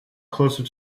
closer